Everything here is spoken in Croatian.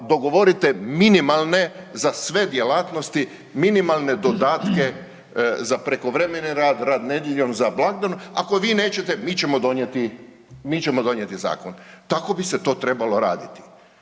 dogovorite minimalne, za sve djelatnosti, minimalne dodatke za prekovremeni rad, rad nedjeljom, za blagdan, ako vi nećete, mi ćemo donijeti zakon. Tako bi se to trebalo raditi.